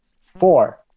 Four